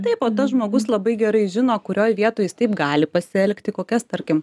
taip o tas žmogus labai gerai žino kurioj vietoj jis taip gali pasielgti kokias tarkim